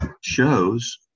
shows